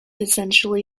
essentially